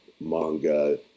manga